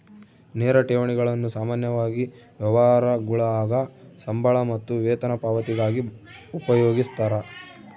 ನೇರ ಠೇವಣಿಗಳನ್ನು ಸಾಮಾನ್ಯವಾಗಿ ವ್ಯವಹಾರಗುಳಾಗ ಸಂಬಳ ಮತ್ತು ವೇತನ ಪಾವತಿಗಾಗಿ ಉಪಯೋಗಿಸ್ತರ